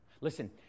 Listen